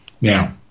Now